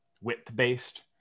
width-based